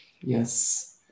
yes